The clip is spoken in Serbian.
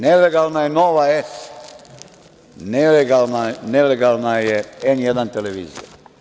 Nelegalna je Nova S. Nelegalna je N1 televizija.